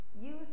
Use